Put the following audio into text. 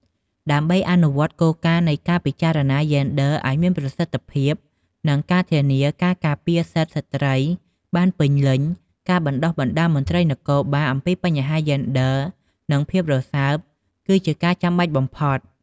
ដើម្បីអនុវត្តគោលការណ៍នៃការពិចារណាយេនឌ័រឲ្យមានប្រសិទ្ធភាព និងធានាការការពារសិទ្ធិស្ត្រីបានពេញលេញ ការបណ្ដុះបណ្ដាលមន្ត្រីនគរបាលអំពីបញ្ហាយេនឌ័រ និងភាពរសើប គឺជាការចាំបាច់បំផុត។